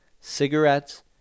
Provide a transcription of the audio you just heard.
cigarettes